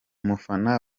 mufana